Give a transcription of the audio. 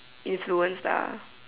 influenced lah